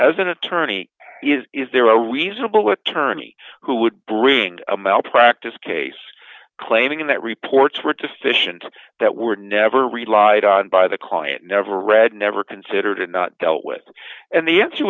as an attorney is there a reasonable attorney who would bring a malpractise case claiming that reports were deficient that were never relied on by the client never read never considered not dealt with and the answer